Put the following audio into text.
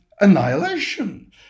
annihilation